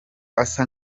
asa